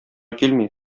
килми